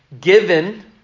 given